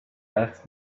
asked